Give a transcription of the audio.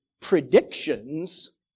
predictions